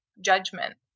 judgment